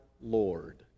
Lord